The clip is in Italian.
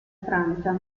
francia